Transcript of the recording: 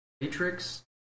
matrix